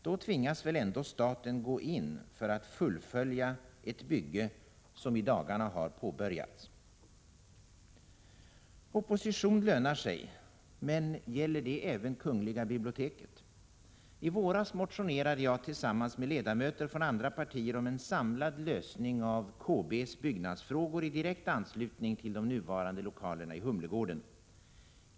Då tvingas väl ändå staten gå in, för att fullfölja ett bygge som i dagarna har påbörjats? Opposition lönar sig. Men gäller det även kungl. biblioteket? I våras motionerade jag tillsammans med ledamöter från andra partier om en samlad lösning av KB:s byggnadsfrågor i direkt anslutning till de nuvarande lokalerna i Humlegården.